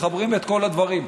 מחברים את כל הדברים.